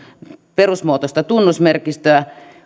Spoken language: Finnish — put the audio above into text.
perusmuotoista tunnusmerkistöä